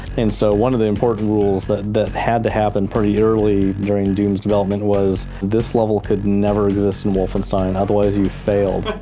and so one of the important rules that had to happen pretty early during doom's development was this level could never exist in wolfenstein, otherwise you failed.